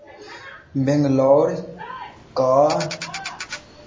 बेंगलौरके